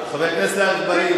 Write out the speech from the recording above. חבר הכנסת אגבאריה.